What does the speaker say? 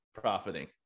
profiting